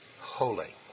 holy